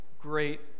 great